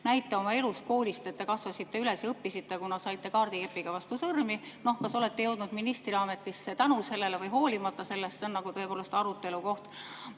näite oma elust, koolist, kus te kasvasite üles ja õppisite, kuna saite kaardikepiga vastu sõrmi. Noh, kas olete jõudnud ministriametisse tänu sellele või hoolimata sellest, see on arutelukoht.